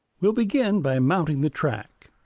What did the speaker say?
we'll begin by mounting the track.